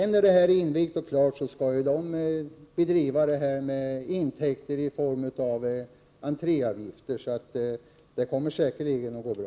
När Åby Avelscentrum är invigt skall man bedriva verksamheten med intäkter från entréavgifter, så det kommer säkerligen att gå bra.